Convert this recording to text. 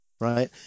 right